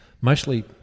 Mostly